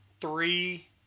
three